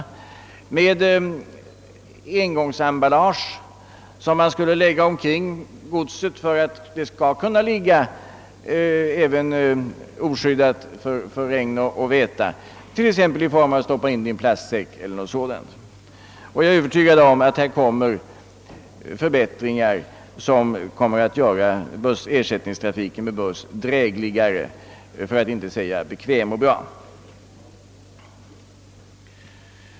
Man strävar också efter att få fram engångsemballage som skulle kunna läggas omkring godset så att detta kan förvaras även oskyddat för regn och väta, t.ex. genom att godset stoppas in i en plastsäck. Och jag är övertygad om att det härvidlag blir förbättringar som gör ersättningstrafiken med buss dräglig, för att inte säga bekväm och bra.